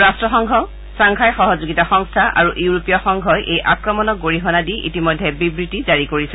ৰাট্টসংঘ সংঘাই সহযোগিতা সংস্থা আৰু ইউৰোপীয় সংঘই এই আক্ৰমণক গৰিহণা দি ইতিমধ্যে বিবৃতি জাৰি কৰিছে